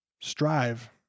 strive